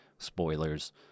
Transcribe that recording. spoilers